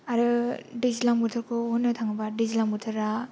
आरो दैज्लां बोथोरखौ होननो थाङोब्ला दैज्लां बोथोरा